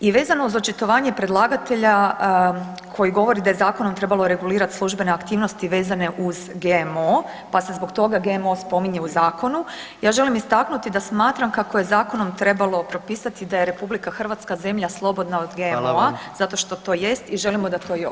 I vezano uz očitovanje predlagatelja koji govori da je zakonom trebalo regulirati službene aktivnosti vezane uz GMO pa se zbog toga GMO spominje u zakonu, ja želim istaknuti da smatram kako je zakonom trebalo propisati da je RH zemlja slobodna od GMO-a zato što to jest i želimo da to i ostane.